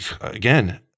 again